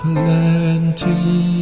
Plenty